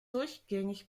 durchgängig